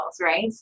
Right